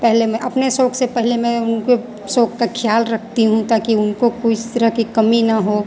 पहले मैं अपने शौक़ से पहले मैं उनके शौक़ का ख़याल रखती हूँ ताकि उनको कोई इस तरह की कमी ना हो